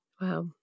Wow